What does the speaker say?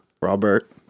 Robert